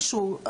ניתן לקצר אותה.